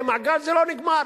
המעגל הזה לא נגמר.